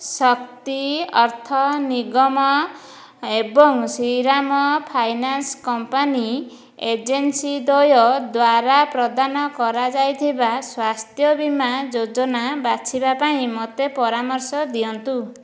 ଶକ୍ତି ଅର୍ଥ ନିଗମ ଏବଂ Shriram finance company agency ଦ୍ୱୟ ଦ୍ଵାରା ପ୍ରଦାନ କରାଯାଇଥିବା ସ୍ୱାସ୍ଥ୍ୟ ବୀମା ଯୋଜନା ବାଛିବା ପାଇଁ ମୋତେ ପରାମର୍ଶ ଦିଅନ୍ତୁ